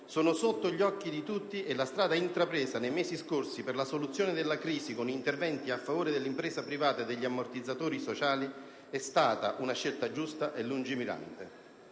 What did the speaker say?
sono sotto gli occhi di tutti, e la strada intrapresa nei mesi scorsi per la soluzione della crisi, con interventi a favore dell'impresa privata e degli ammortizzatori sociali, è stata giusta e lungimirante.